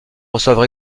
reçoivent